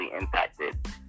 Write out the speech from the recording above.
impacted